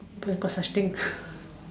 where got such things